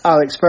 Alex